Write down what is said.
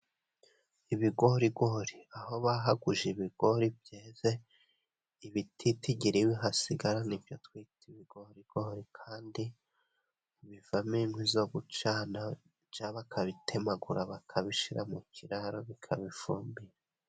Ibigorigori aho bahaguje ibigori byeze ibititigiri bihasigara nibyo twita ibigorigori, kandi bivamo inkwi zo gucana ca bakabitemagura bakabishira mu kiraro bikaba ifumbire.